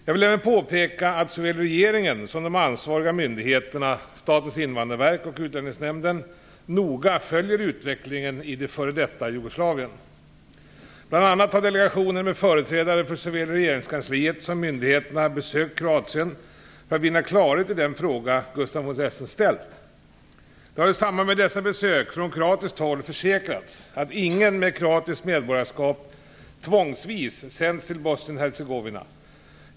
Jag vill även påpeka att såväl regeringen som de ansvariga myndigheterna, Statens invandrarverk och Utlänningsnämnden, noga följer utvecklingen i det f.d. Jugoslavien. Bl.a. har delegationer med företrädare för såväl regeringskansliet som myndigheterna besökt Kroatien för att vinna klarhet i den fråga som Gustaf von Essen ställt. Det har i samband med dessa besök från kroatiskt håll försäkrats att ingen med kroatiskt medborgarskap tvångsvis sänds till Bosnien-Hercegovina.